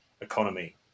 economy